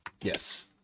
Yes